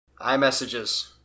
iMessages